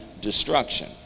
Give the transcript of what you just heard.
destruction